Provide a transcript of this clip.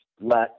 let